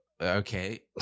Okay